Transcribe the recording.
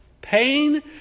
Pain